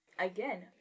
Again